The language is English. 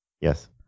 Yes